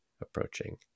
approaching